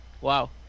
Wow